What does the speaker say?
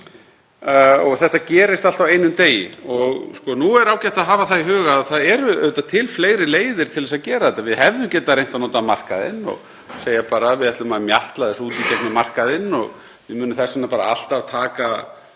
og þetta gerist allt á einum degi. Nú er ágætt að hafa það í huga að það eru auðvitað til fleiri leiðir til að gera þetta en við hefðum getað reynt að nota markaðinn og segja bara: Við ætlum að mjatla þessu út í gegnum markaðinn og við munum þess vegna bara alltaf taka